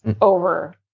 over